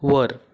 वर